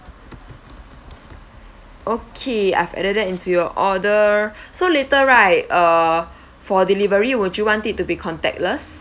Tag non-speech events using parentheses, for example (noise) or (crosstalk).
okay I've added that into your order (breath) so later right uh for delivery would you want it to be contactless